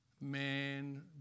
man